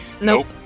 Nope